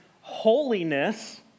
holiness